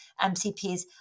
MCPs